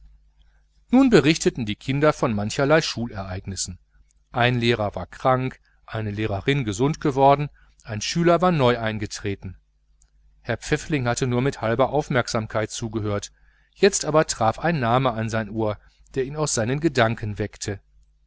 nun berichteten die kinder von mancherlei schulereignissen ein lehrer war krank eine lehrerin gesund geworden ein schüler war neu eingetreten ein anderer ausgetreten herr pfäffling hatte nur mit halber aufmerksamkeit zugehört jetzt aber traf ein name an sein ohr der ihn aus seinen gedanken weckte